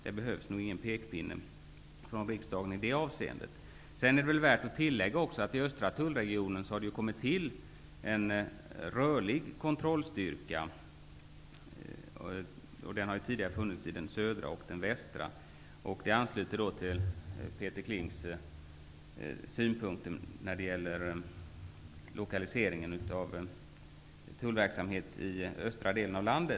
Det behövs nog ingen pekpinne från riksdagen i det avseendet. Det är värt att tillägga att det i den östra tullregionen har tillkommit en rörlig kontrollstyrka, som tidigare har funnits i den södra och den västra tullregionen, vilket ansluter till Peter Klings synpunkt när det gäller lokaliseringen av tullverksamhet i östra delen av landet.